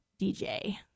DJ